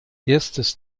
erstes